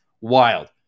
wild